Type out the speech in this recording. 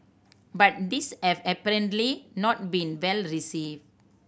but these have apparently not been well received